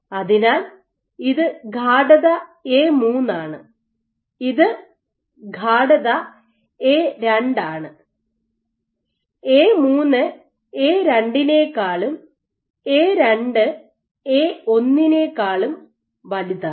അതിനാൽ ഇത് ഗാഡത എ3 ആണ് ഇത് ഗാഡത എ2 ആണ് എ3 എ2 നെക്കാളും എ2 എ1 നെക്കാളും വലുതാണ്